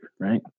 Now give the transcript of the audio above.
right